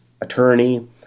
attorney